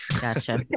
Gotcha